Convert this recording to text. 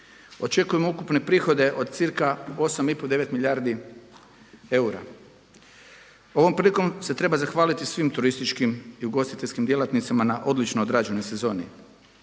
Očekujemo ukupne prihode od cca 8,5, 9 milijardi eura. Ovom prilikom se treba zahvaliti svim turističkim i ugostiteljskim djelatnicima na odlično odrađenoj sezoni.